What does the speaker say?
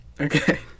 Okay